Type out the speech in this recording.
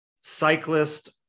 cyclist